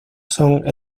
son